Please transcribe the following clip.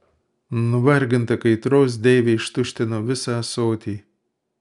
nuvarginta kaitros deivė ištuštino visą ąsotį